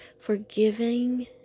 forgiving